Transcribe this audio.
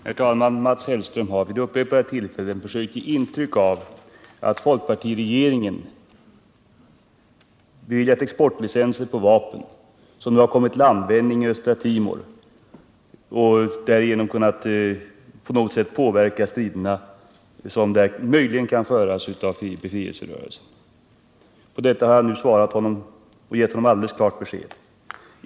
Herr talman! Mats Hellström har vid upprepade tillfällen försökt ge intryck av att folkpartiregeringen beviljat exportlicenser för vapen som nu har kommit till användning på Östra Timor och därigenom på något sätt kunnat påverka striderna, som där möjligen kan föras av befrielserörelsen. På det har jag nu svarat honom och gett honom alldeles klart besked.